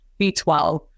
b12